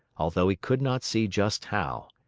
although he could not see just how.